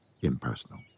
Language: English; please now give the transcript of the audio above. impersonal